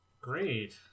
Great